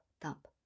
thump